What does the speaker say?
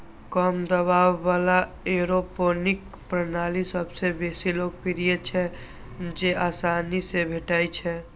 कम दबाव बला एयरोपोनिक प्रणाली सबसं बेसी लोकप्रिय छै, जेआसानी सं भेटै छै